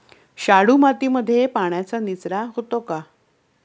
शाडू मातीमध्ये पाण्याचा निचरा होतो का?